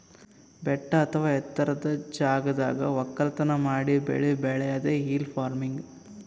ಬೆಟ್ಟ ಅಥವಾ ಎತ್ತರದ್ ಜಾಗದಾಗ್ ವಕ್ಕಲತನ್ ಮಾಡಿ ಬೆಳಿ ಬೆಳ್ಯಾದೆ ಹಿಲ್ ಫಾರ್ಮಿನ್ಗ್